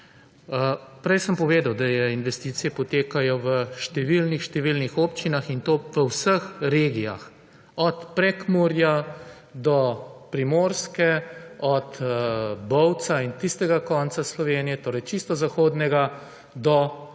Prej sem povedal, da investicije potekajo v številnih, številnih občinah in to po vseh regijah od Prekmurja do Primorske, od Bovca in tistega konca Slovenije, torej čisto zahodnega do